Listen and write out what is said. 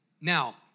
Now